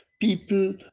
People